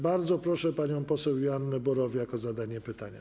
Bardzo proszę panią poseł Joannę Borowiak o zadanie pytania.